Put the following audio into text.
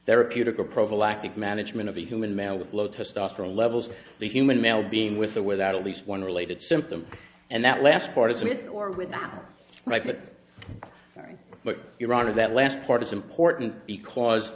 therapeutic or prophylactic management of the human male with low testosterone levels of the human male being with or without at least one related symptom and that last part is with or without right but very but your honor that last part is important because